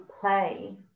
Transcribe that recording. play